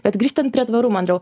bet grįžtant prie tvarumo andriau